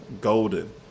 golden